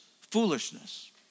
foolishness